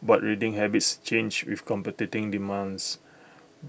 but reading habits change with competing demands